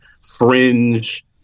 fringe